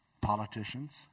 Politicians